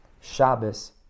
Shabbos